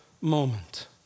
moment